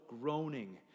groaning